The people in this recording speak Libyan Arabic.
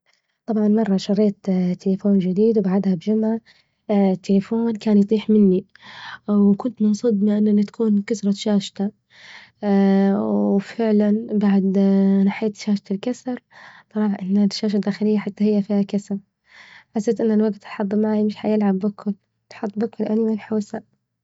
طبعا مرة شريت تليفون جديد وبعدا بجمعة التليفون كان يطيح مني وكنت من صدج ما أن بتكون إنكسرت شاشته، وفعلا بعد نحيت شاشة الكسر طلع إن الشاشة الداخلية حتى هي فيها كسر، حسيت إن الوجت الحظ معي مش هيلعب بيكون حظي بيكون إني منحوسة.